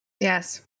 Yes